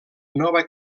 nova